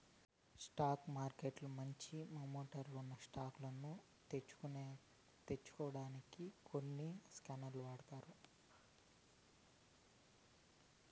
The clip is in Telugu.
స్టాక్ మార్కెట్ల మంచి మొమెంటమ్ ఉన్న స్టాక్ లు తెల్సుకొనేదానికి కొన్ని స్కానర్లుండాయి